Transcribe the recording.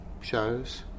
shows